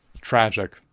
tragic